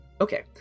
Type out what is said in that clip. Okay